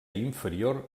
inferior